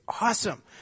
awesome